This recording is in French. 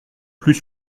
plus